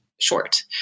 short